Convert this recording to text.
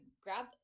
grab